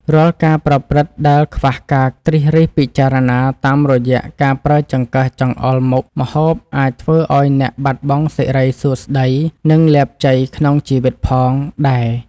រាល់ការប្រព្រឹត្តដែលខ្វះការត្រិះរិះពិចារណាតាមរយៈការប្រើចង្កឹះចង្អុលមុខម្ហូបអាចធ្វើឱ្យអ្នកបាត់បង់សិរីសួស្តីនិងលាភជ័យក្នុងជីវិតផងដែរ។